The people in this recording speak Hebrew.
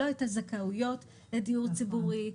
לא את הזכאויות לדיור ציבורי,